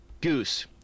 Goose